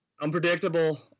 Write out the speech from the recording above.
Unpredictable